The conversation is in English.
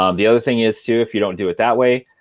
um the other thing is too, if you don't do it that way,